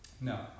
No